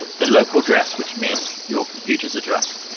the local dress which means your computer's address.